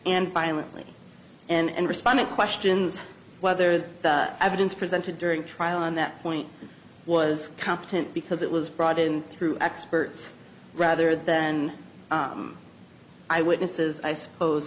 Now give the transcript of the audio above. and violently and respond to questions whether the evidence presented during trial on that point was competent because it was brought in through experts rather then i witness as i suppose